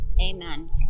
amen